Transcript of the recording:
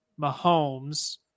Mahomes